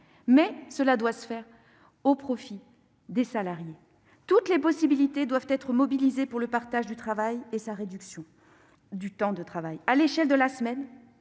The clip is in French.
mouvement doit se faire au profit des salariés. Toutes les possibilités doivent être mobilisées pour le partage du travail et la réduction du temps de travail : à l'échelle de la semaine,